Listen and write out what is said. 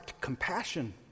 compassion